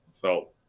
felt